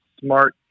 Smart